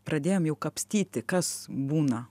pradėjom jau kapstyti kas būna